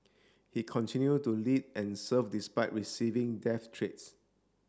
he continue to lead and serve despite receiving death treats